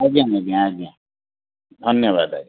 ଆଜ୍ଞା ଆଜ୍ଞା ଧନ୍ୟବାଦ ଆ